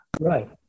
Right